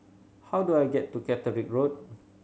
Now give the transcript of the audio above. how do I get to Catterick Road